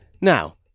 Now